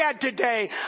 today